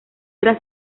era